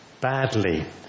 badly